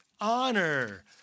Honor